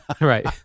Right